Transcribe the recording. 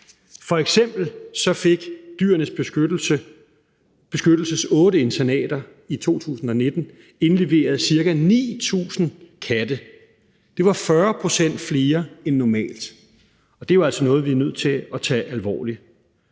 F.eks. fik Dyrenes Beskyttelses otte internater i 2019 indleveret ca. 9.000 katte. Det var 40 pct. flere end normalt, og det er jo altså noget, vi er nødt til at tage alvorligt.